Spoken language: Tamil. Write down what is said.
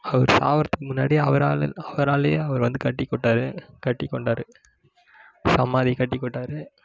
அவர் சாகுறதுக்கு முன்னாடியே அவராலே அவராலே அவர் வந்து கட்டிக்கொண்டார் கட்டிக்கொண்டார் சமாதி கட்டிக்கொண்ட்டாரு